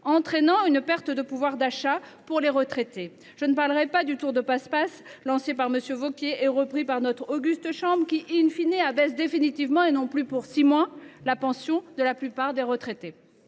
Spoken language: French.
entraînant une perte de pouvoir d’achat pour les retraités. Je ne parlerai pas du tour de passe passe lancé par M. Wauquiez et repris par notre auguste chambre, qui abaisse définitivement, et non plus pour six mois, la pension de la plupart des retraités.